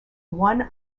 one